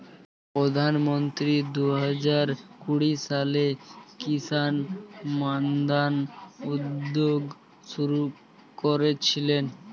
প্রধানমন্ত্রী দুহাজার কুড়ি সালে কিষান মান্ধান উদ্যোগ শুরু করেছিলেন